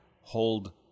hold